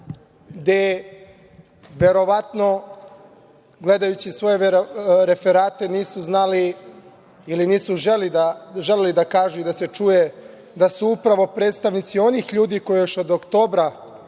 gde verovatno, gledajući svoje referate, nisu znali ili nisu želeli da kažu i da se čuje da su upravo predstavnici onih ljudi koji još od oktobra